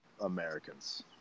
Americans